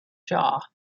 jaw